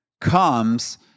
comes